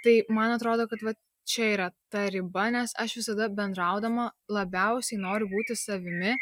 tai man atrodo kad vat čia yra ta riba nes aš visada bendraudama labiausiai noriu būti savimi